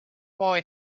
boy